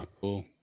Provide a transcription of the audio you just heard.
cool